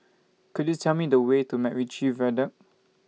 Could YOU Tell Me The Way to Mac Ritchie Viaduct